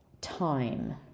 time